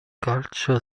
calcio